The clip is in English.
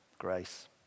grace